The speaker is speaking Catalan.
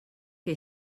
que